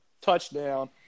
touchdown